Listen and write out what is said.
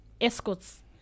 Escorts